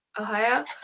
Ohio